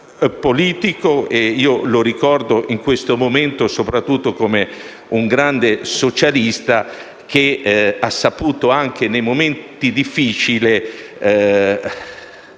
politico; lo ricordo, in questo momento, soprattutto come un grande socialista che ha saputo, anche nei momenti difficili,